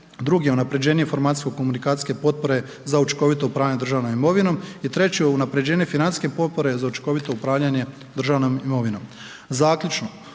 Drugi je unapređenje informacijsko-komunikacijske potpore za učinkovito upravljanje državnom imovinom. I treće je unapređenje financijske potpore za učinkovito upravljanje državnom imovinom. Zaključno,